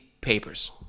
papers